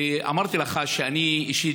אמרתי לך שאני אישית,